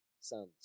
sons